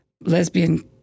lesbian